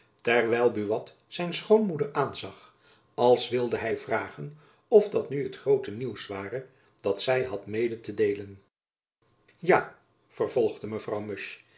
terwijl buat zijn schoonmoeder aanzag als wilde hy vragen of dat nu het groote nieuws ware dat zy had mede te deelen ja vervolgde